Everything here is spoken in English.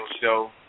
show